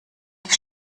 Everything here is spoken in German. die